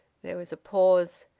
there was a pause.